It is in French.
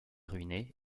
ruiné